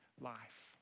life